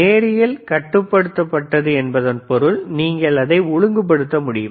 நேரியல் கட்டுப்படுத்தப்பட்டது என்பதன் பொருள் நீங்கள் அதை ஒழுங்குபடுத்த முடியும்